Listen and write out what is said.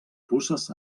puces